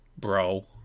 bro